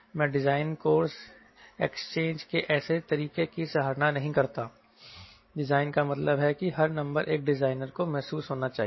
मैं design course exchange के ऐसे तरीके की सराहना नहीं करता डिजाइन का मतलब है कि हर नंबर एक डिजाइनर को महसूस होना चाहिए